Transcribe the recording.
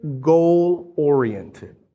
goal-oriented